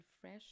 fresh